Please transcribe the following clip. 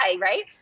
right